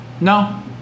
No